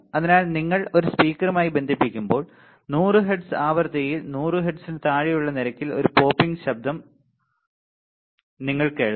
അതിനാൽ നിങ്ങൾ ഒരു സ്പീക്കറുമായി ബന്ധിപ്പിക്കുമ്പോൾ 100 ഹെർട്സ് ആവൃത്തിയിൽ 100 ഹെർട്സിന് താഴെയുള്ള നിരക്കിൽ ഒരു പോപ്പിംഗ് ശബ്ദം നിങ്ങൾ കേൾക്കും